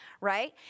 right